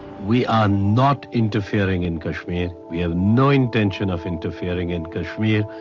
we are not interfering in kashmir, we have no intention of interfering in kashmir,